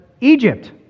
Egypt